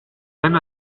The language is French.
même